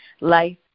life